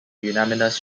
unanimous